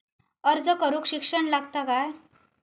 अर्ज करूक शिक्षण लागता काय?